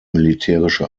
militärische